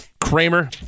Kramer